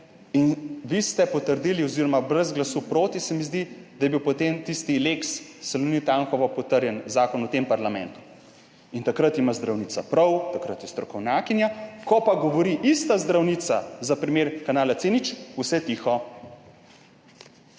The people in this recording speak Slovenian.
in vi ste potrdili oziroma brez glasu proti, se mi zdi, da je bil potem tisti lex Salonit Anhovo potrjen v tem parlamentu. In takrat ima zdravnica prav, takrat je strokovnjakinja, ko pa govori ista zdravnica za primer kanala C0, vse tiho.